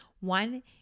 one